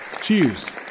Cheers